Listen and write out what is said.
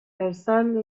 ارسال